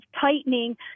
tightening